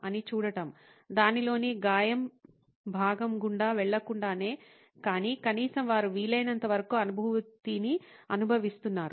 అని చూడటం దానిలోని గాయం భాగం గుండా వెళ్ళకుండానే కాని కనీసం వారు వీలైనంతవరకు అనుభూతిని అనుభవిస్తున్నారు